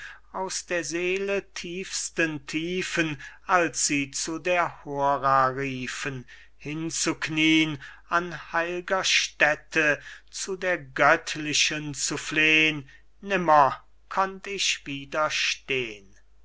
aus der seele tiefsten tiefen als sie zu der hora riefen hinzuknien an heil'ger stätte zu der göttlichen zu flehn nimmer konnt ich widerstehn